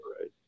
right